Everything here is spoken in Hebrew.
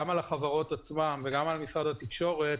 גם על החברות וגם על משרד התקשורת,